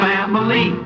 Family